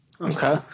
Okay